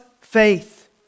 faith